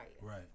Right